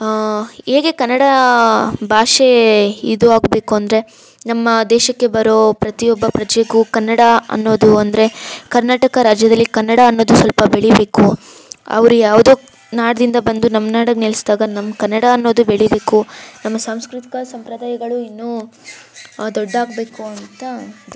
ಹೇಗೆ ಕನ್ನಡ ಭಾಷೆ ಇದು ಆಗಬೇಕು ಅಂದರೆ ನಮ್ಮ ದೇಶಕ್ಕೆ ಬರೋ ಪ್ರತಿಯೊಬ್ಬ ಪ್ರಜೆಗೂ ಕನ್ನಡ ಅನ್ನೋದು ಅಂದರೆ ಕರ್ನಾಟಕ ರಾಜ್ಯದಲ್ಲಿ ಕನ್ನಡ ಅನ್ನೋದು ಸ್ವಲ್ಪ ಬೆಳೀಬೇಕು ಅವರು ಯಾವುದೋ ನಾಡಿನಿಂದ ಬಂದು ನಮ್ಮ ನಾಡ್ಗೆ ನಿಲ್ಲಿಸಿದಾಗ ನಮ್ಮ ಕನ್ನಡ ಅನ್ನೋದು ಬೆಳೀಬೇಕು ನಮ್ಮ ಸಾಂಸ್ಕೃತಿಕ ಸಂಪ್ರದಾಯಗಳು ಇನ್ನೂ ದೊಡ್ಡದಾಗ್ಬೇಕು ಅಂತ